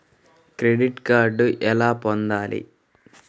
Credit card ఎలా పొందాలి?